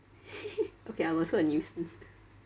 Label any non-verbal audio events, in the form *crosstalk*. *laughs* okay I'm also a nuisance